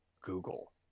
Google